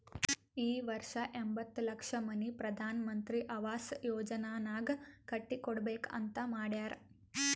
ಈ ವರ್ಷ ಎಂಬತ್ತ್ ಲಕ್ಷ ಮನಿ ಪ್ರಧಾನ್ ಮಂತ್ರಿ ಅವಾಸ್ ಯೋಜನಾನಾಗ್ ಕಟ್ಟಿ ಕೊಡ್ಬೇಕ ಅಂತ್ ಮಾಡ್ಯಾರ್